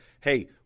hey